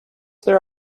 there